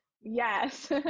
Yes